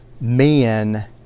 men